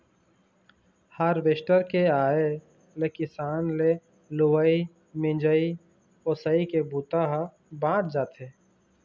harvester के आए ले किसान के लुवई, मिंजई, ओसई के बूता ह बाँच जाथे